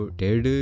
dead